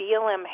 BLM